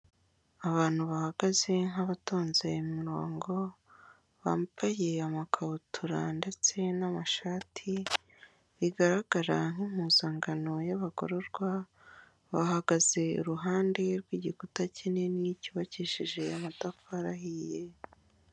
Abantu bahagaze nka batonze imirongo, bambaye amakabutura ndetse n'amashati, bigaragara nk'impuzangano y'abagororwa, bahagaze iruhande rw'igikuta kinini cyubakishijeje amatafari ahiye.